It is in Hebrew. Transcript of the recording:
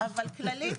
אבל כללית